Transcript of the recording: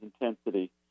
intensity